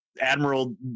admiral